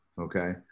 Okay